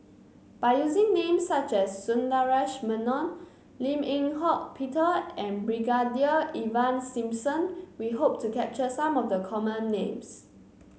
by using names such as Sundaresh Menon Lim Eng Hock Peter and Brigadier Ivan Simson we hope to capture some of the common names